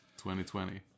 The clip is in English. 2020